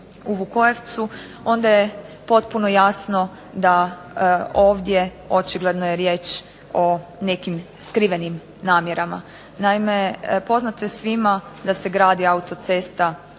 u Vukojevcu, onda je potpuno jasno da ovdje očigledno je riječ o nekim skrivenim namjerama. Naime, poznato je svima da se gradi autocesta